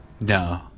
No